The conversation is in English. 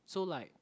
so like